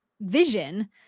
vision